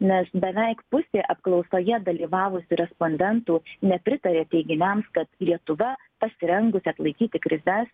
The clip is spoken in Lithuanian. nes beveik pusė apklausoje dalyvavusių respondentų nepritarė teiginiams kad lietuva pasirengusi atlaikyti krizes